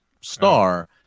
star